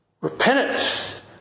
Repentance